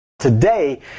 Today